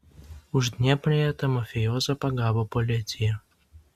uždnieprėje tą mafijozą pagavo policija